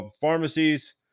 pharmacies